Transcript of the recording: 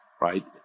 right